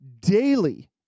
daily